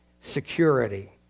security